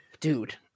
Dude